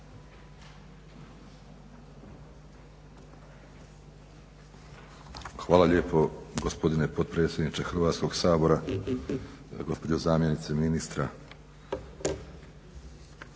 Hvala lijepo gospodine potpredsjedniče Hrvatskog sabora, gospođo zamjenice ministra.